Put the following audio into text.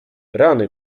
rany